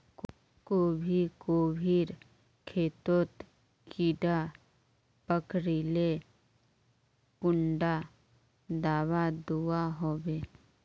गोभी गोभिर खेतोत कीड़ा पकरिले कुंडा दाबा दुआहोबे?